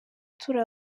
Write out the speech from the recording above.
turi